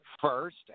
first